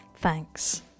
Thanks